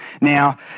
Now